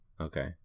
Okay